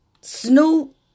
Snoop